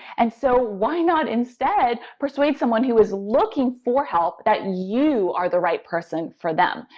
and so why not instead persuade someone who is looking for help that you are the right person for them?